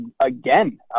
again